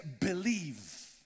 believe